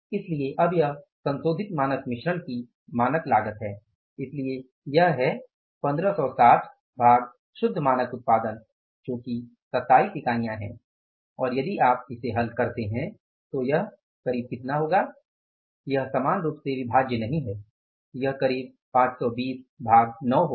इसलिए अब यह संशोधित मानक मिश्रण की मानक लागत है इसलिए यह है 1560 भाग शुद्ध मानक उत्पादन जो 27 इकाई है और यदि आप इसे हल करते हैं तो यह करीब इतना होगा यह समान रूप से विभाज्य नहीं है यह करीब 520 भाग 9 होगा